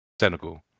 Senegal